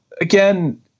again